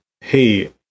hey